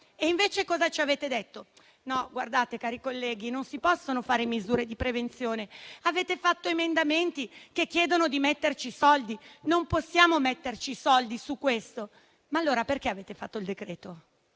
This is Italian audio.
Invece ci avete praticamente detto: cari colleghi, non si possono fare misure di prevenzione; avete fatto emendamenti che chiedono di metterci i soldi? Non possiamo mettere i soldi su questo. Allora perché avete fatto il decreto-legge?